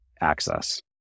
access